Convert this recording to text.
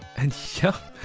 and yep,